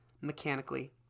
mechanically